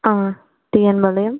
ஆ TN பாளையம்